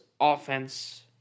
offense